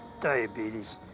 Diabetes